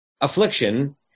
affliction